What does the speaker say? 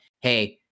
hey